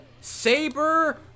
Saber